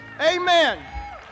Amen